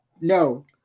No